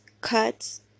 cuts